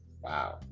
wow